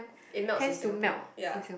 it melts in Singapore